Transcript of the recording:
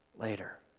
later